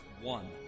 one